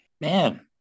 man